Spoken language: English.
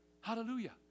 hallelujah